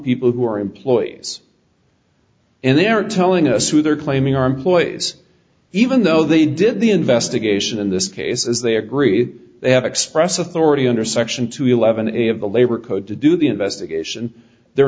people who are employees and they're telling us who they're claiming are employees even though they did the investigation in this case as they agree they have express authority under section two eleven a of the labor code to do the investigation they're